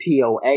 TOA